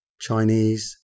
Chinese